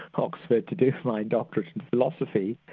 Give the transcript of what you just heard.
oxford to do my doctorate in philosophy,